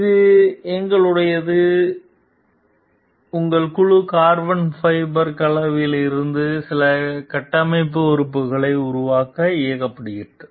இது எங்களுடையது உங்கள் குழு கார்பன் ஃபைபர் கலவைகளிலிருந்து சில கட்டமைப்பு உறுப்பினர்களை உருவாக்க இயக்கப்பட்டது